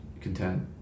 content